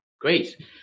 Great